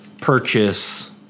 purchase